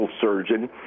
surgeon